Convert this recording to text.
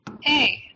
Hey